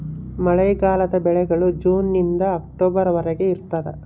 ಮಳೆಗಾಲದ ಬೆಳೆಗಳು ಜೂನ್ ನಿಂದ ಅಕ್ಟೊಬರ್ ವರೆಗೆ ಇರ್ತಾದ